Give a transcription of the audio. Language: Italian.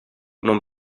non